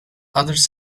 others